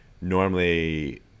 Normally